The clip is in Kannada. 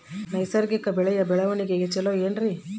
ನೈಸರ್ಗಿಕ ಬೆಳೆಯ ಬೆಳವಣಿಗೆ ಚೊಲೊ ಏನ್ರಿ?